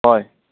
হয়